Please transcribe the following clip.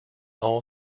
all